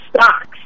Stocks